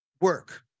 work